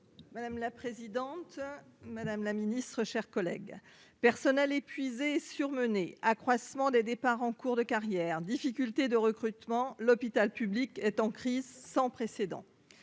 Madame la présidente, madame la Ministre, chers collègues, personnels, épuisés, surmenés, accroissement des départs en cours de carrière, difficultés de recrutement, l'hôpital public est en crise sans précédent